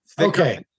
Okay